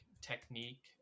technique